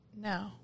No